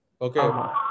Okay